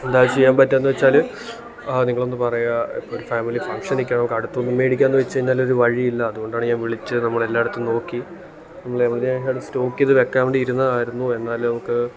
എന്താ ചെയ്യാൻ പറ്റുവാന്ന് വെച്ചാല് നിങ്ങളൊന്ന് പറയുക ഒരു ഫാമിലി ഫങ്ഷനിക്കയാ നമുക്കടുത്തൂന്ന് മേടിക്കാമെന്നു വെച്ചുകഴിഞ്ഞാലൊരു വഴിയില്ല അതുകൊണ്ടാണ് ഞാൻ വിളിച്ചേ നമ്മളെല്ലാടത്തും നോക്കി നമ്മളെവിടെയെങ്ങാനും സ്റ്റോക്കെയ്ത് വയ്ക്കാൻ വേണ്ടി ഇരുന്നതാരുന്നു എന്നാല് നമുക്ക്